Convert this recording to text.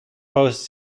post